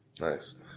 nice